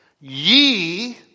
Ye